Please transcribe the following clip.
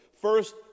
First